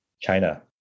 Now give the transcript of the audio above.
China